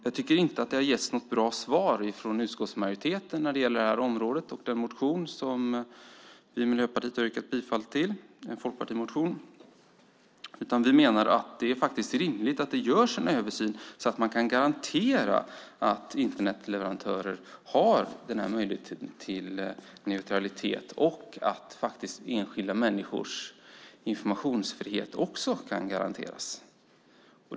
Jag tycker inte att utskottsmajoriteten har gett något bra svar på den folkpartimotion som vi i Miljöpartiet har yrkat bifall till. Vi menar att det är rimligt att göra en översyn så att det går att garantera att Internetleverantörer har möjlighet till neutralitet och så att enskilda människors informationsfrihet också kan garanteras.